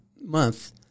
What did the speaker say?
month